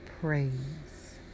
praise